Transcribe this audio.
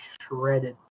shredded